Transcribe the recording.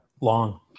Long